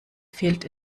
fehlt